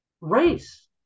race